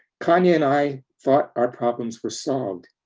khanya and i thought our problems were solved.